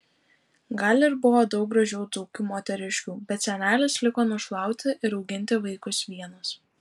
gal ir buvo daug gražių dzūkių moteriškių bet senelis liko našlauti ir auginti vaikus vienas